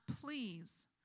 please